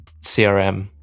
CRM